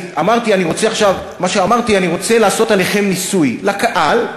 מה שאמרתי אני רוצה לעשות עליכם ניסוי, לקהל,